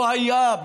לא היה,